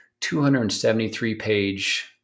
273-page